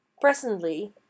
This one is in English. Presently